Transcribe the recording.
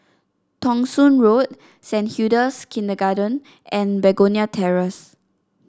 Thong Soon Road Saint Hilda's Kindergarten and Begonia Terrace